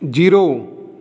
zero